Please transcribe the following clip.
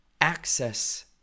access